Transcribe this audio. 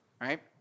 right